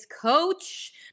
coach